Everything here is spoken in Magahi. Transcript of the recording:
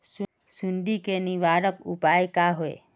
सुंडी के निवारक उपाय का होए?